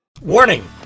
Warning